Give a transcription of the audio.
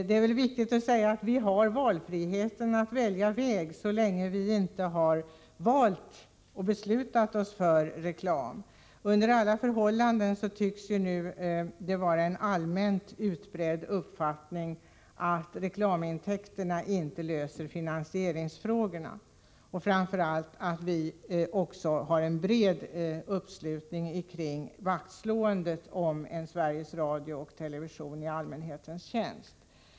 Det är vidare viktigt att framhålla att vi har valfrihet och kan välja väg så länge vi inte har beslutat oss för reklam. Under alla förhållanden tycks det nu vara en allmänt utbredd uppfattning att reklamintäkterna inte löser finansieringsfrågorna, och framför allt att vi har en bred uppslutning kring vaktslåendet om Sveriges radio och Sveriges television i allmänhetens tjänst.